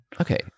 Okay